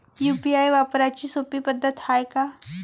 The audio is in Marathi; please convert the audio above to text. यू.पी.आय वापराची सोपी पद्धत हाय का?